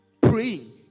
praying